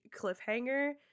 cliffhanger